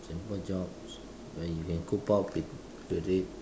simple jobs where you can cope up with with it